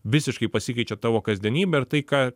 visiškai pasikeičia tavo kasdienybė ir tai ką